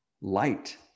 light